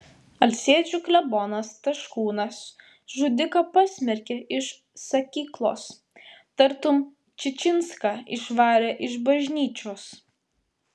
alsėdžių klebonas taškūnas žudiką pasmerkė iš sakyklos tartum čičinską išvarė iš bažnyčios